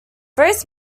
various